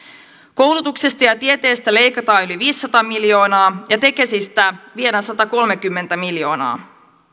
koulutuksesta ja tieteestä leikataan yli viisisataa miljoonaa ja tekesistä viedään satakolmekymmentä miljoonaa